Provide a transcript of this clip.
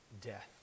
death